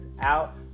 out